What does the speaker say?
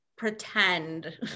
pretend